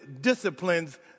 disciplines